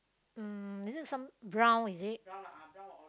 um is it some brown is it